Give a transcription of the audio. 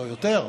לא, יותר,